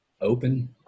open